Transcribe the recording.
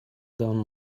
down